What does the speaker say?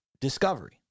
discovery